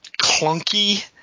clunky